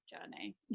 journey